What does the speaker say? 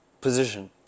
position